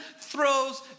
throws